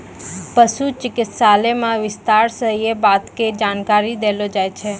पशु चिकित्सालय मॅ विस्तार स यै बात के जानकारी देलो जाय छै